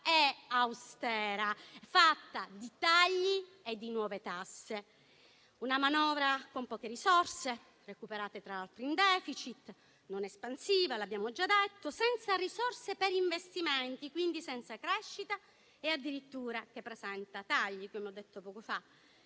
è austera, fatta di tagli e di nuove tasse? Una manovra con poche risorse, recuperate tra l'altro in *deficit*, non espansiva (l'abbiamo già detto), senza risorse per investimenti, quindi senza crescita, che addirittura presenta dei tagli, come ho detto poco fa,